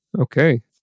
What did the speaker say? Okay